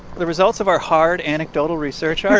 the results of our hard anecdotal research are